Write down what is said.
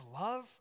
love